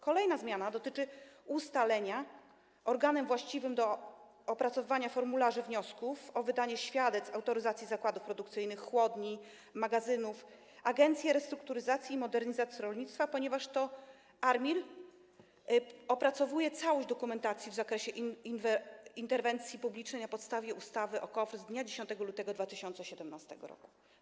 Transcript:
Kolejna zmiana dotyczy ustalenia, że organem właściwym do opracowywania formularzy wniosków o wydanie świadectw autoryzacji zakładów produkcyjnych, chłodni i magazynów jest Agencja Restrukturyzacji i Modernizacji Rolnictwa, ponieważ to ARiMR opracowuje całość dokumentacji w zakresie interwencji publicznej na podstawie ustawy o KOWR z dnia 10 lutego 2017 r.